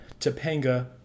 Topanga